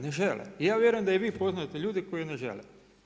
Ne žele i ja vjerujem da i vi poznajete ljude koji ne žele.